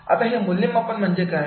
आता हे मूल्यमापन म्हणजे काय